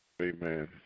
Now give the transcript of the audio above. Amen